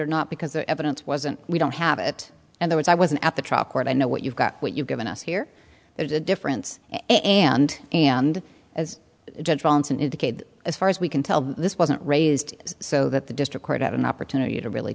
or not because the evidence wasn't we don't have it and there is i wasn't at the trial court i know what you've got what you've given us here there's a difference and and as judge johnson indicated as far as we can tell this wasn't raised so that the district court had an opportunity to really